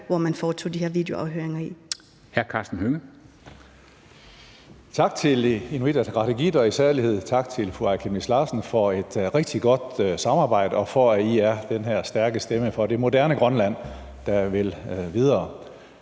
hvor man foretog de her videoafhøringer.